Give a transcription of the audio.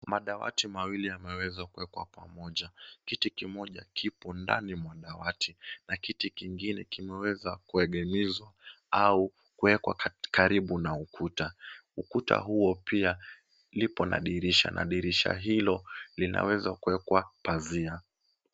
Madawati mawili yameweza kuwekwa pamoja. Kiti kimoja kipo ndani mwa dawati na kiti kingine kimeweza kuegemezwa au kuwekwa karibu na ukuta. Ukuta huo pia lipo na dirisha na dirisha hilo linaweza kuwekwa pazia.